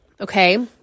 okay